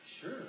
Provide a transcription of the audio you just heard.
Sure